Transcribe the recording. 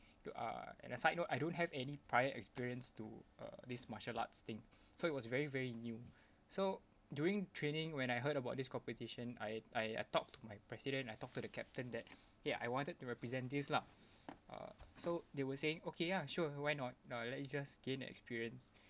uh on a side note I don't have any prior experience to uh this martial arts thing so it was very very new so during training when I heard about this competition I I I talked to my president I talked to the captain that eh I wanted to represent this lah so they were saying okay ah sure why not uh let you just gain experience